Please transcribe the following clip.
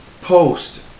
post